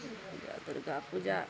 पूजा Durga पूजा